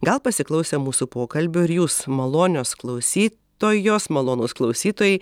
gal pasiklausę mūsų pokalbių ir jūs malonios klausytojos malonūs klausytojai